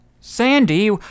Sandy